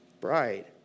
Bright